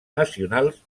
nacionals